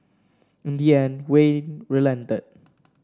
in the end Wayne relented